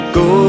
go